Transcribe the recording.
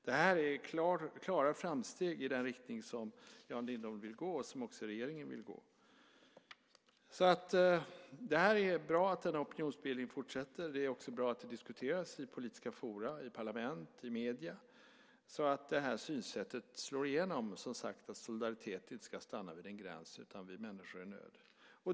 Det här är klara framsteg i den riktning som Jan Lindholm vill gå och som också regeringen vill gå. Det är bra att denna opinionsbildning fortsätter. Det är också bra att det diskuteras i politiska forum, i parlament, i medierna så att det här synsättet slår igenom så att solidaritet inte stannar vid en gräns utan vid människor i nöd.